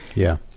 yeah.